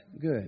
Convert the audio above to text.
good